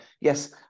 yes